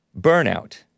Burnout